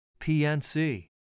PNC